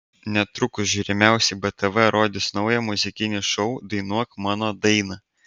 netrukus žiūrimiausiai btv rodys naują muzikinį šou dainuok mano dainą